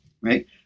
right